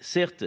Certes,